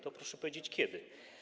To proszę powiedzieć kiedy.